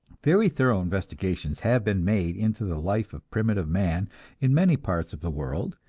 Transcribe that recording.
very thorough investigations have been made into the life of primitive man in many parts of the world,